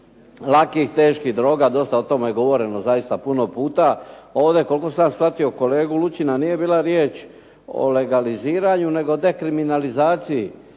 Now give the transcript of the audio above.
lakih, teških droga, dosta o tome govorimo zaista puno puta, ovdje koliko sam ja shvatio kolegu Lučina nije bila riječ o legaliziranju nego dekriminalizaciji.